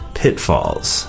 pitfalls